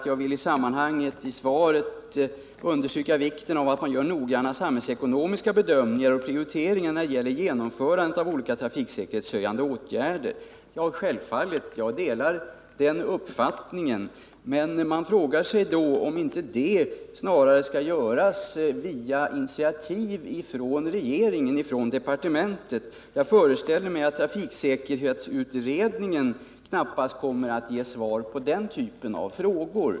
”Jag vill i sammanhanget understryka vikten av att man gör noggranna samhällsekonomiska bedömningar och prioriteringar när det gäller genomförandet av olika trafiksäkerhetshöjande åtgärder.” Självfallet delar jag den uppfattningen, men jag frågar mig då, om inte detta snarare skulle göras via initiativ från departementet; jag föreställer mig att trafiksäkerhetsutredningen knappast kommer att ge svar på den typen av frågor.